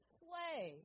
play